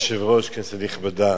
אדוני היושב-ראש, כנסת נכבדה,